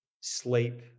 sleep